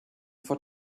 for